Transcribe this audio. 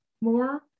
more